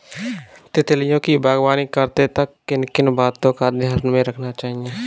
तितलियों की बागवानी करते वक्त किन किन बातों को ध्यान में रखना चाहिए?